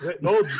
No